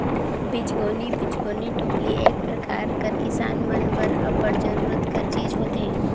बीजगोनी बीजगोनी टोपली एक परकार कर किसान मन बर अब्बड़ जरूरत कर चीज होथे